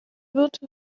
wird